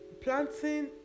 planting